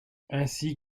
ainsi